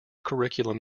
curriculum